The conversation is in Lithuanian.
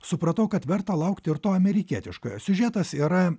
supratau kad verta laukti ir to amerikietiškojo siužetas yra